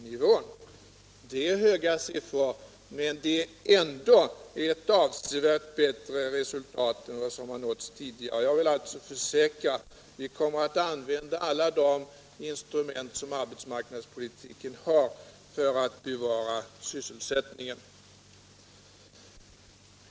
Det är höga siffror, men det är ändå ett avsevärt bättre resultat än vad som nåddes tidigare. Jag vill alltså försäkra att vi kommer att använda alla de instrument som arbetsmarknadspolitiken har för att bevara sysselsättningen.